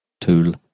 tool